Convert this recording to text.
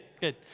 good